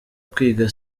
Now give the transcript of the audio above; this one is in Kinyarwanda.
kwiga